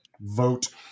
vote